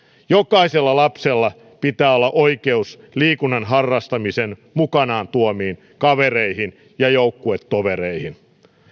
jokaisella lapsella pitää olla oikeus liikunnan harrastamisen mukanaan tuomiin kavereihin ja joukkuetovereihin